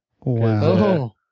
Wow